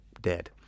dead